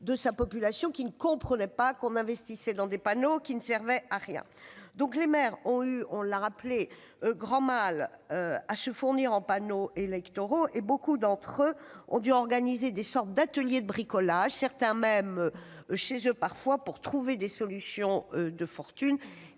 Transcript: de sa population, qui ne comprenait pas qu'on investisse dans des panneaux inutiles. Les maires ont eu le plus grand mal à se fournir en panneaux électoraux, et beaucoup d'entre eux ont dû organiser des sortes d'ateliers de bricolage, chez eux parfois, pour trouver des solutions de fortune.